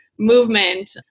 movement